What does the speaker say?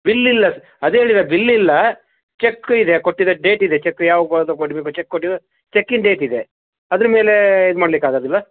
ಬಿಲ್ಲಿಲ್ಲ ಸ ಅದೇ ಹೇಳಿದೆ ಬಿಲ್ಲಿಲ್ಲ ಚೆಕ್ ಇದೆ ಕೊಟ್ಟಿದ್ದು ಡೇಟ್ ಇದೆ ಚೆಕ್ ಯಾವಾಗ ಚೆಕ್ ಕೊಟ್ಟಿದ್ದು ಚೆಕ್ಕಿನ ಡೇಟ್ ಇದೆ ಅದ್ರ ಮೇಲೆ ಇದು ಮಾಡ್ಲಿಕ್ಕೆ ಆಗೋದಿಲ್ವಾ